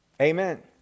Amen